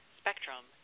spectrum